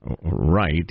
Right